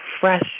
fresh